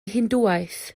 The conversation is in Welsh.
hindŵaeth